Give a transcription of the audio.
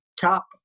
top